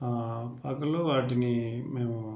పాకలు వాటిని మేము